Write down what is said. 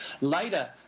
Later